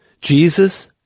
Jesus